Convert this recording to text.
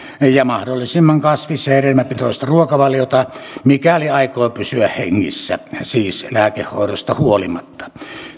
ja mahdollisimman kasvis ja hedelmäpitoista ruokavaliota mikäli aikoo pysyä hengissä siis lääkehoidosta huolimatta